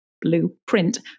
blueprint